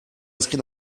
inscrit